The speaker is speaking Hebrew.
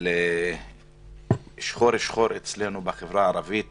אבל אצלנו בחברה הערבית